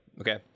Okay